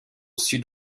sud